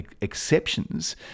exceptions